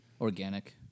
Organic